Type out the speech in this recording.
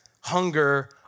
hunger